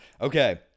Okay